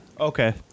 Okay